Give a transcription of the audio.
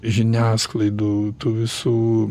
žiniasklaidų tų visų